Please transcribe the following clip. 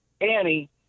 Annie